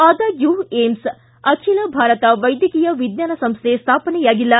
ಆದಾಗ್ಯೂ ಏಮ್ಸ್ ಅಖಿಲ ಭಾರತ ವೈದ್ಯಕೀಯ ಏಜ್ಞಾನ ಸಂಸ್ಥೆ ಸ್ಥಾಪನೆಯಾಗಿಲ್ಲ